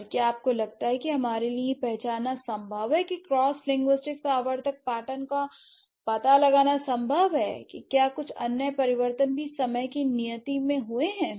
और क्या आपको लगता है कि हमारे लिए यह पहचानना संभव है कि क्रॉसिंग्लुइस्टिक आवर्तक पैटर्न का पता लगाना संभव है कि क्या कुछ अन्य परिवर्तन भी समय की नियति में हुए हैं